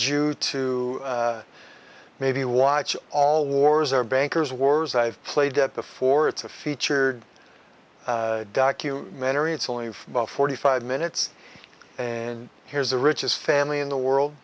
to maybe watch all wars or bankers wars i've played that before it's a featured documentary it's only about forty five minutes and here's the richest family in the world